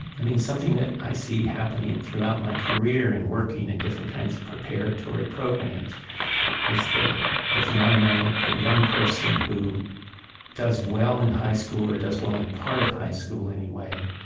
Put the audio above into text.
i mean, something that i see happening throughout my career in working in different kinds of preparatory programs is the the phenomenon of the young person who does well in high school, or does well in part of high school anyway,